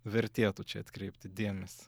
vertėtų atkreipti dėmesį